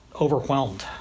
overwhelmed